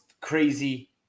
crazy